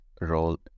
role